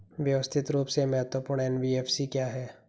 व्यवस्थित रूप से महत्वपूर्ण एन.बी.एफ.सी क्या हैं?